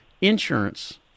insurance